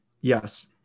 Yes